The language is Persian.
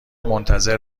منتظر